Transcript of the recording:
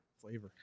Flavor